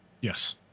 Yes